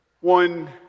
One